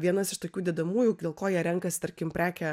vienas iš tokių dedamųjų dėl ko jie renkas tarkim prekę